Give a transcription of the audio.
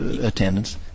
attendance